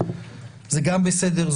זה גם בסדר,